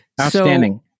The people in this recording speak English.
Outstanding